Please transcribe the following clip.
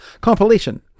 compilation